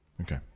Okay